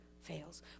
fails